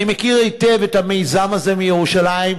אני מכיר היטב את המיזם הזה מירושלים,